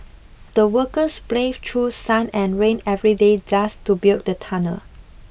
the workers braved through sun and rain every day just to build the tunnel